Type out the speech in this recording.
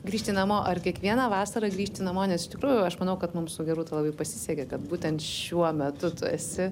grįžti namo ar kiekvieną vasarą grįžti namo nes iš tikrųjų aš manau kad mum su gerūta labai pasisekė kad būtent šiuo metu tu esi